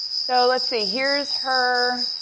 so let's see, here's her,